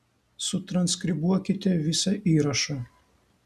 sutranskribuokite visą įrašą